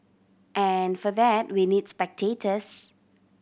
and for that we need spectators